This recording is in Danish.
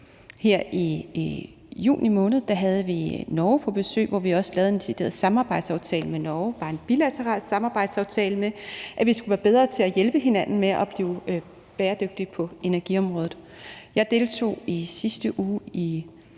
Her i juni måned havde vi Norge på besøg, hvor vi lavede en decideret samarbejdsaftale med Norge – bare en bilateral samarbejdsaftale – om, at vi skulle være bedre til at hjælpe hinanden med at blive bæredygtige på energiområdet. Jeg deltog i sidste uge i